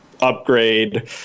upgrade